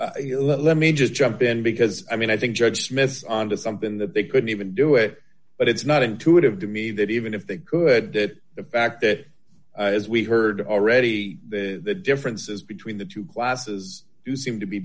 you let me just jump in because i mean i think judge smith on to something that they couldn't even do it but it's not intuitive to me that even if they could that the fact that as we heard already the differences between the two classes do seem to be